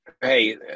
Hey